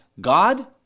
God